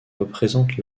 représente